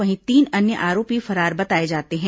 वहीं तीन अन्य आरोपी फरार बताए जाते हैं